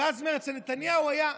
ואז הוא אומר: אצל נתניהו היה.